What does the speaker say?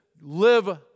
live